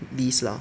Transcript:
list lah